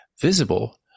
visible